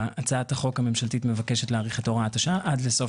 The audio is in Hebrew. הצעת החוק הממשלתית מבקשת להאריך את הוראת השעה עד סוף